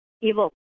evil